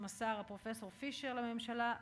שמסר הפרופסור פישר לממשלה,